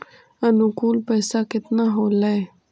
अनुकुल पैसा केतना होलय